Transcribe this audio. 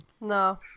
No